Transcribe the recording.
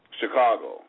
Chicago